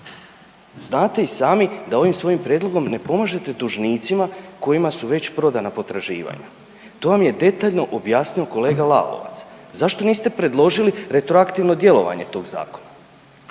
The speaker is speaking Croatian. znate i sami da ovim svojim prijedlogom ne pomažete dužnicima kojima su već prodana potraživanja. To vam je detaljno objasnio kolega Lalovac. Zašto niste predložili retroaktivno djelovanje tog zakona?